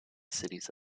cities